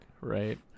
right